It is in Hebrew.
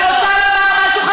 אני רוצה להגיד לומר משהו,